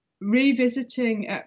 Revisiting